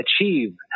achieve